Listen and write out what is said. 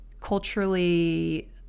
culturally